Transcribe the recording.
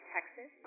Texas